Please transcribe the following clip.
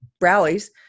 rallies